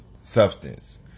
substance